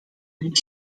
dit